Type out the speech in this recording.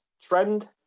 trend